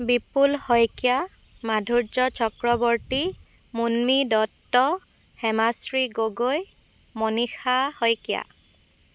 Bipul Saikia Madhurya Chakraborty Munmi Dutta Hemashree Gogoi Manisha Saikia